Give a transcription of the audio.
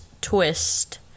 twist